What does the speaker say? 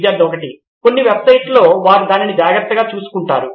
student 1 కొన్ని వెబ్సైట్లలో వారు దానిని జాగ్రత్తగా చూసుకుంటారు